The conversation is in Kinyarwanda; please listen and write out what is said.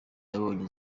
yabonye